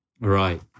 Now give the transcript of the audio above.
Right